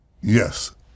Yes